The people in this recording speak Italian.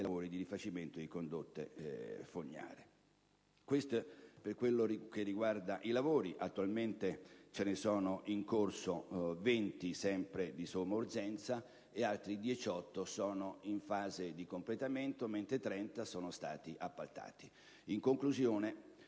lavori di rifacimento di condotte fognarie. Questo, per quel che riguarda i lavori. Attualmente ce ne sono in corso 20, sempre di somma urgenza; altri 18 sono in fase di completamento, mentre 30 sono stati appaltati. In conclusione,